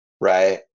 right